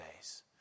days